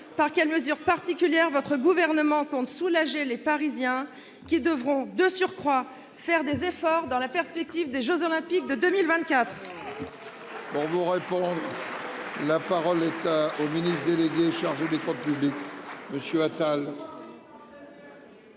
par quelle mesure particulière le Gouvernement compte soulager les Parisiens, qui devront, de surcroît, faire des efforts dans la perspective des jeux Olympiques de 2024.